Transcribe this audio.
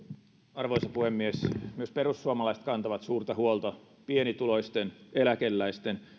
arvoisa puhemies myös perussuomalaiset kantavat suurta huolta pienituloisten eläkeläisten